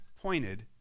pointed